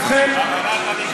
אדוני, מה אתה אומר.